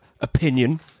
opinion